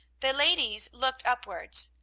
the ladies looked upwards,